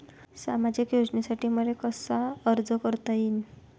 सामाजिक योजनेसाठी मले कसा अर्ज करता येईन?